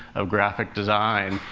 of graphic design,